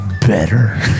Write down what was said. better